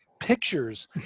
pictures